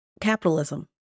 capitalism